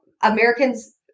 Americans